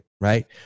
right